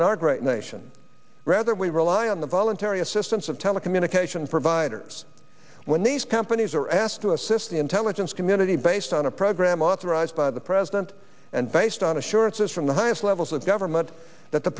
in our great nation rather we rely on the voluntary assistance of telecommunications providers when these companies are asked to assist the intelligence community based on a program authorized by the president and based on assurances from the highest levels of government that the